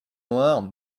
noire